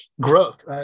growth